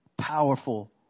powerful